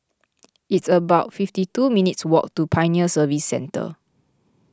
it's about fifty two minutes' walk to Pioneer Service Centre